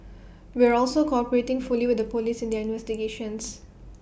we are also cooperating fully with the Police in their investigations